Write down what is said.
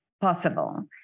possible